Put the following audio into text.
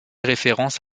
référence